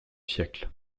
siècle